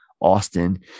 Austin